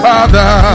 Father